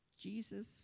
Jesus